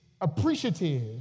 appreciative